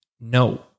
No